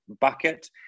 bucket